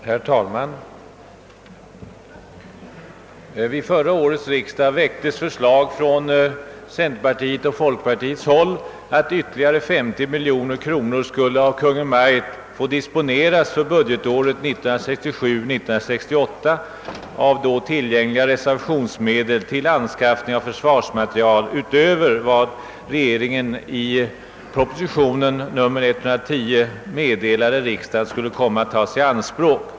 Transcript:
Herr talman! Vid förra årets riksdag väcktes förslag från centerpartioch folkpartihåll att ytterligare 50 miljoner kronor skulle av Kungl. Maj:t få disponeras för budgetåret 1967/68 av då tillgängliga reservationsmedel till anskaffning av försvarsmateriel utöver vad regeringen i propositionen nr 110 meddelade riksdagen skulle komma att tas i anspråk.